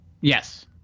Yes